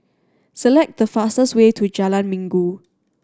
select the fastest way to Jalan Minggu